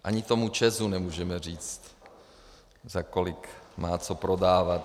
Ani tomu ČEZu nemůžeme říct, za kolik má co prodávat.